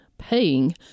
paying